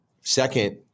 second